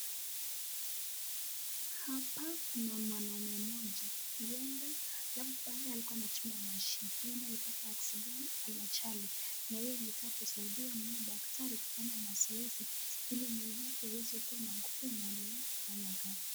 Hapa kuna mwanaume mmoja. Huenda labda pale alikua anatumia mashini. Yaani alipata accident ajali. Na hii ni ka kusaidiwa na huyu daktari kufanya mazoezi ili mwili yake iweze kua na nguvu na iendelee kufanya kazi.